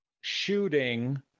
shooting